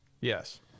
Yes